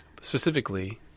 specifically